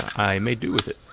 i made do with it.